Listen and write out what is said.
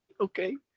Okay